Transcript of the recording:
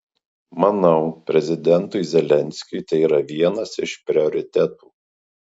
manau prezidentui zelenskiui tai yra vienas iš prioritetų